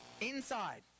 Inside